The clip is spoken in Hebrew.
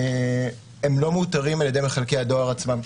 הם לא מאותרים על ידי מחלקי הדואר עצמם.